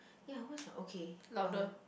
ya what's my okay uh